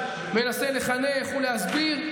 מנסה לחנך ולהסביר,